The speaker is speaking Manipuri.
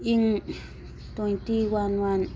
ꯏꯪ ꯇ꯭ꯋꯦꯟꯇꯤ ꯋꯥꯟ ꯋꯥꯟ